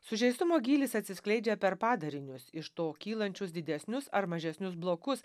sužeistumo gylis atsiskleidžia per padarinius iš to kylančius didesnius ar mažesnius blokus